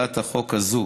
להצעת החוק הזאת